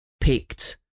picked